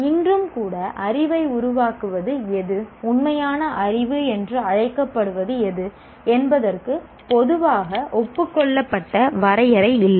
இன்றும் கூட அறிவை உருவாக்குவது எது உண்மையான அறிவு என்று அழைக்கப்படுவது எது என்பதற்கு பொதுவாக ஒப்புக்கொள்ளப்பட்ட வரையறை இல்லை